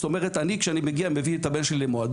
זאת אומרת אני כשאני מגיע אני מביא את הבן שלי למועדון,